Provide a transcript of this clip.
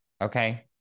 okay